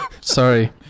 Sorry